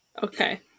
Okay